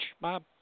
Bob